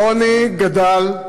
העוני גדל,